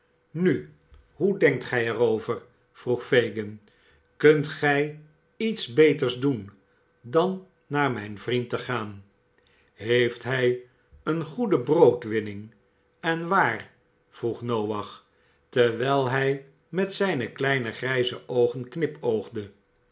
nu hoe denkt gij er over vroeg fagin kunt gij iets beters doen dan naar mijn vriend te gaan heeft hij eene goede broodwinning en waar vroeg noach terwijl hij met zijne kleine grijze oogen knipoogde